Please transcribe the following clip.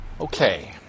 okay